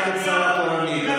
כי את שרה תורנית,